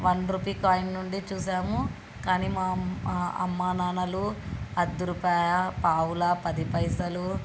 one rupee coin నుండి చూసాము కానీ మా అమ్మానాన్నలు అర్ద రూపాయ పావలా పది పైసలు